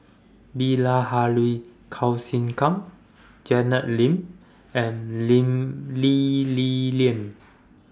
Bilahari Kausikan Janet Lim and Lee Li Lian